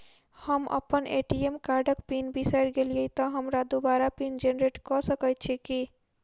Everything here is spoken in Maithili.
हम अप्पन ए.टी.एम कार्डक पिन बिसैर गेलियै तऽ हमरा दोबारा पिन जेनरेट कऽ सकैत छी की?